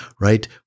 right